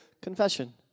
confession